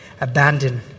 abandon